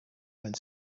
wind